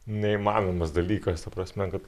neįmanomas dalykas ta prasme kad